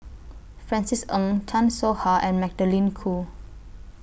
Francis Ng Chan Soh Ha and Magdalene Khoo